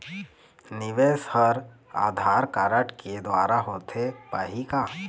निवेश हर आधार कारड के द्वारा होथे पाही का?